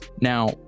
Now